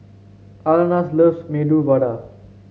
Alana loves Medu Vada